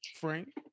Frank